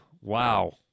wow